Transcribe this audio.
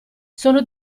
sono